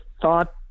thought